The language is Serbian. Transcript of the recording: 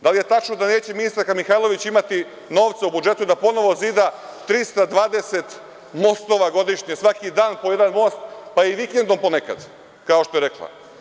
Da li je tačno da neće ministarka Mihajlović imati novca u budžetu da ponovo zida 320 mostova godišnje, svaki dan po jedan most, pa i vikendom ponekad, kao što je rekla?